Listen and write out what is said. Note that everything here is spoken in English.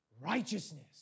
righteousness